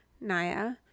Naya